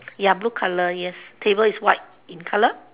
ya blue color yes table is white in color